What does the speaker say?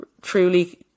truly